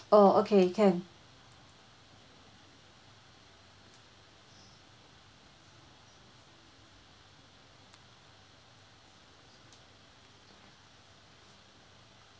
oh okay can